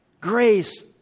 Grace